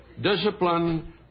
Discipline